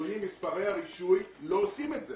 אדוני, מספרי הרישוי לא עושים את זה.